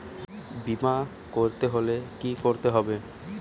বিমা করতে হলে কি করতে হবে?